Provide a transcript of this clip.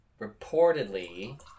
reportedly